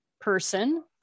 person